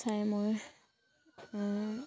চাই মই